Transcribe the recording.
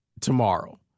tomorrow